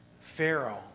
Pharaoh